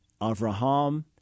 Avraham